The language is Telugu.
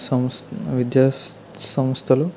సంస్థ విద్యాసంస్థలు